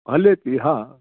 हले थी हा